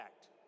Act